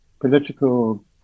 political